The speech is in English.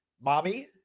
Mommy